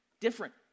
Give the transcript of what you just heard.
Different